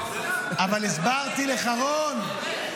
אבל הסברתי לך, רון.